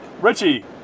Richie